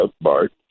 Bart